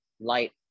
light